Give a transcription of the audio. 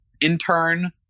intern